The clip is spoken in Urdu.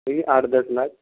یہی آٹھ دس لاکھ